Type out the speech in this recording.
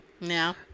No